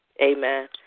Amen